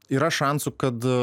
yra šansų kad